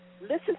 Listen